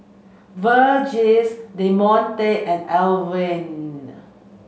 Virgie Demonte and Alwine